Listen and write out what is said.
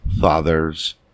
Fathers